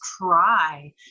cry